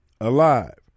alive